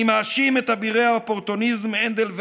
אני מאשים את אבירי האופורטוניזם הנדל,